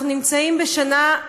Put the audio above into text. אנחנו נמצאים בשנה,